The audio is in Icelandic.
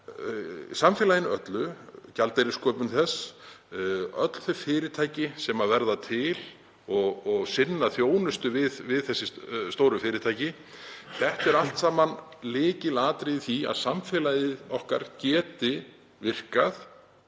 samfélaginu öllu. Gjaldeyrissköpunin, öll þau fyrirtæki sem verða til og sinna þjónustu við þessi stóru fyrirtæki — það eru allt lykilatriði í því að samfélagið okkar geti virkað